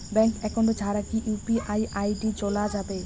Bank account ছাড়া কি UPI ID চোলা যাবে?